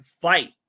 fight